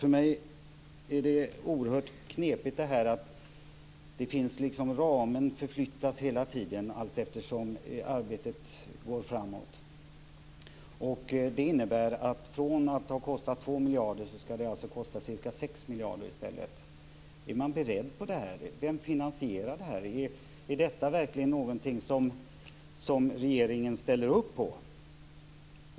För mig är det knepigt att ramen hela tiden förflyttas allteftersom arbetet går framåt. Från att ha kostat 2 miljarder skall det alltså kosta 6 miljarder. Vem finansierar detta?